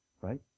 right